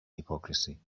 hypocrisy